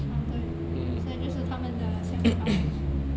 啊对所以就是他们的想法